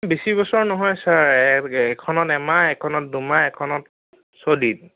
বেছি বছৰ নহয় ছাৰ এখনত এমাহ এখনত দুমাহ এখনত ছদিন